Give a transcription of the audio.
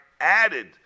added